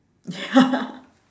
ya